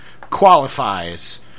qualifies